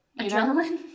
Adrenaline